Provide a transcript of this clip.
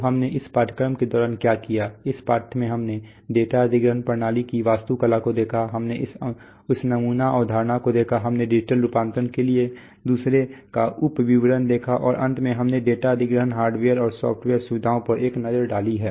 तो हमने इस पाठ्यक्रम के दौरान क्या किया है इस पाठ में हमने डेटा अधिग्रहण प्रणाली की वास्तुकला को देखा है हमने इस नमूना अवधारणा को देखा है हमने डिजिटल रूपांतरण के लिए दूसरे का उप विवरण देखा है और अंत में हमने डेटा अधिग्रहण हार्डवेयर और सॉफ्टवेयर सुविधाओं पर एक नज़र डाली है